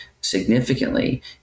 significantly